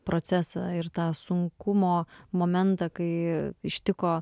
procesą ir tą sunkumo momentą kai ištiko